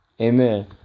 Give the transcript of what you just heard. Amen